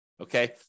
Okay